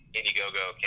Indiegogo